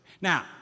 Now